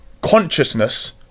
consciousness